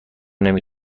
نمی